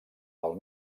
del